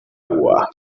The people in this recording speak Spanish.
agua